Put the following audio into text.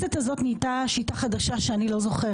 אני מאוכזבת לראות שבכנסת הזאת נוצרה שיטה חדשה שאני לא זוכרת.